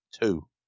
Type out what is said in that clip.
Two